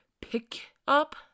pick-up